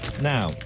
Now